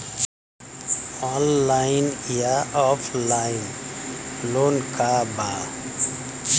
Online या offline loan का बा?